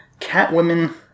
*Catwomen